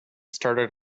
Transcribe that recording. started